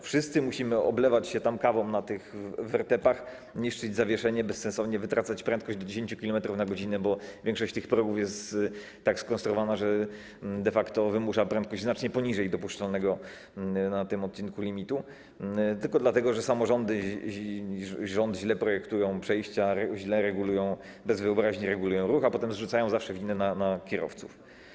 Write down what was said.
Wszyscy musimy oblewać się kawą na tych wertepach, niszczyć zawieszenie, bezsensownie wytracać prędkość do 10 km/h, bo większość tych progów jest tak skonstruowana, że de facto wymusza prędkość znacznie poniżej dopuszczalnego na tym odcinku limitu, tylko dlatego, że samorządy i rząd źle projektują przejścia, źle, bez wyobraźni regulują ruch, a potem zrzucają zawsze winę na kierowców.